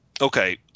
Okay